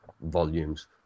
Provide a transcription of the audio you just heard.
volumes